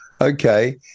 Okay